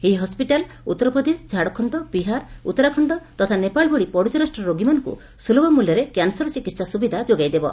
ଏହି ହସ୍ପିଟାଲ ଉତ୍ତରପ୍ରଦେଶ ଝାଡଖଣ୍ଡ ବିହାର ଉତ୍ତରାଖଣ୍ଡ ତଥା ନେପାଳ ଭଳି ପଡୋଶୀ ରାଷ୍ଟ୍ରର ରୋଗୀମାନଙ୍କୁ ସ୍କୁଲଭ ମୂଲ୍ୟରେ କ୍ୟାନସର ଚିକିତ୍ସା ସୁବିଧା ଯୋଗାଇ ଦେବ